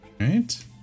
Right